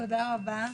תודה רבה.